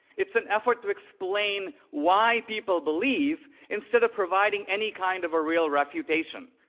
it's an effort to explain why people believe instead of providing any kind of a real refutation.